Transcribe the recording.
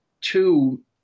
Two